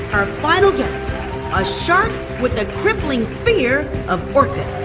our final guest a shark with a crippling fear of orcas.